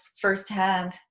firsthand